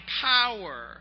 power